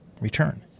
return